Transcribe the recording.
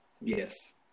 yes